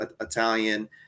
Italian